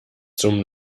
zum